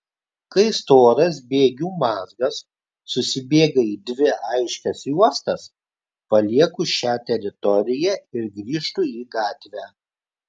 kai storas bėgių mazgas susibėga į dvi aiškias juostas palieku šią teritoriją ir grįžtu į gatvę